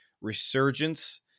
resurgence